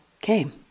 came